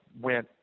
went